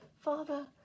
Father